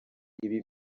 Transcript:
ibi